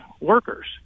workers